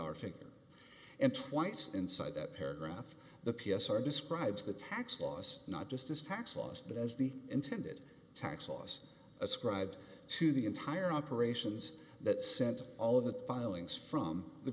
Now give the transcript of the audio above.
dollar figure and twice inside that paragraph the p s r describes the tax laws not just as tax laws but as the intended tax laws ascribed to the entire operations that sent all of the filings from the